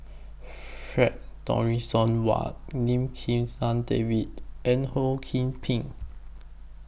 Frank Dorrington Ward Lim Kim San David and Ho SOU Ping